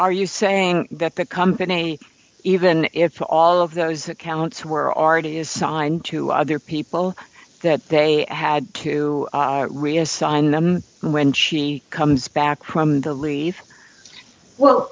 are you saying that the company even if for all of those accounts were already assigned to other people that they had to reassign them when she comes back from the leave well